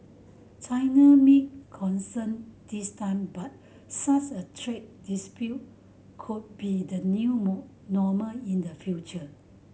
China might concede this time but such a trade dispute could be the new normal in the future